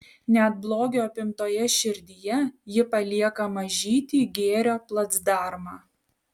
net blogio apimtoje širdyje ji palieka mažytį gėrio placdarmą